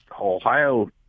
Ohio